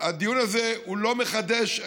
הדיון הזה לא מחדש,